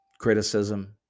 criticism